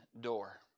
door